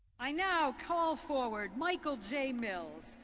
i now call forward michael j. mills.